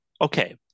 Okay